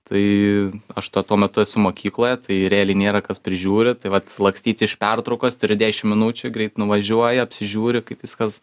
tai aš tuo metu esu mokykloje tai realiai nėra kas prižiūri tai vat lakstyt iš pertraukos turi dešimt minučių greit nuvažiuoji apsižiūri kaip viskas